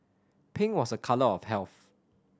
pink was a colour of health